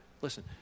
listen